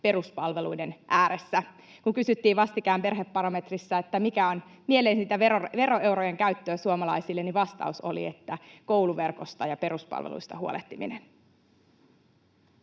peruspalveluiden ääressä. Kun kysyttiin vastikään perhebarometrissä, mikä on mieleisintä veroeurojen käyttöä suomalaisille, niin vastaus oli, että kouluverkosta ja peruspalveluista huolehtiminen.